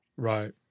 Right